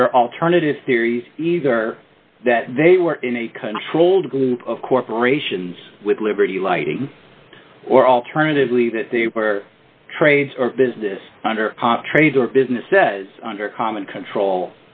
under alternative theory either that they were in a controlled group of corporations with liberty lighting or alternatively that they were trades or business under trade or business says under common control